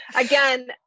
again